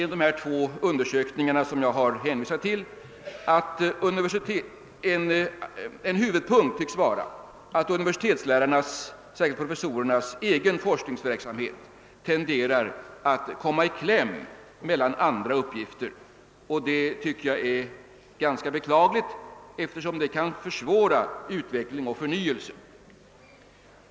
I de två undersökningar som jag hänvisat till tycks en huvudpunkt vara att professorernas egen forskningsverksamhet tenderar att komma i kläm mellan andra uppgifter, vilket jag tycker är beklagligt, eftersom det kan försvåra utveckling och förnyelse.